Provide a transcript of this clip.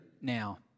now